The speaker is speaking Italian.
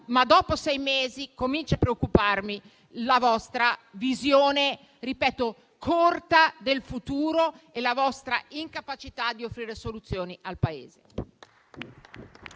ma dopo sei mesi cominciano a preoccuparmi la vostra visione corta del futuro e la vostra incapacità di offrire soluzioni al Paese.